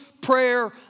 prayer